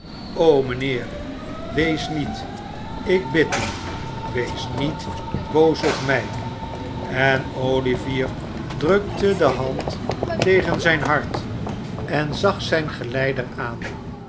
o mijnheer wees niet ik bid u wees niet boos op mij én olivier drukte de hand tegen zijn hart en zag zijn geleider aan